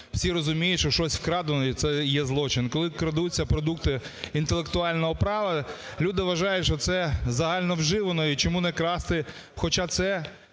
всі розуміють, що щось вкрадено, і це є злочин. Коли крадуться продукти інтелектуального права, люди вважають, що це загальновживано, і чому не красти, хоча це